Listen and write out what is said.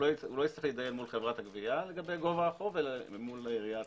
הוא לא יתעסק מול חברת הגבייה לגבי גובה החוב אלא מול העירייה עצמה.